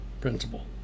principle